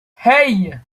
hey